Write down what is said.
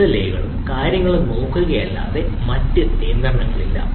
എസ്എൽഎകളും കാര്യങ്ങളും നോക്കുകയല്ലാതെ മറ്റ് നിയന്ത്രണങ്ങളില്ല